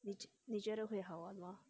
你你觉得会好玩吗